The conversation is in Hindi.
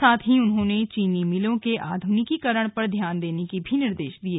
साथ ही उन्होंने चीनी मिलों के आध्निकीकरण पर ध्यान देने के निर्देश भी दिये